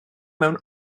mewn